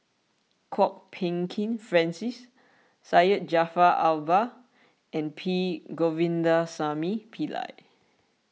Kwok Peng Kin Francis Syed Jaafar Albar and P Govindasamy Pillai